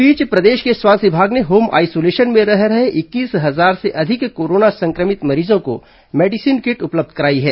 इस बीच प्रदेश के स्वास्थ्य विभाग ने होम आइसोलेशन में रह रहे इक्कीस हजार से अधिक कोरोना संक्रमित मरीजों को मेडिसीन किट उपलब्ध कराई है